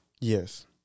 Yes